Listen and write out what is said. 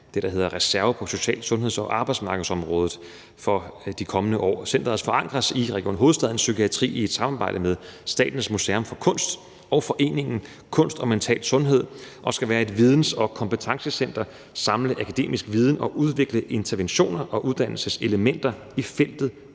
det, der hedder reserven på social-, sundheds- og arbejdsmarkedsområdet for de kommende år. Centeret forankres i Region Hovedstadens psykiatri i et samarbejde med Statens Museum for Kunst og Foreningen Kunst og Mental Sundhed og skal være et videns- og kompetencecenter, samle akademisk viden og udvikle interventioner og uddannelseselementer i feltet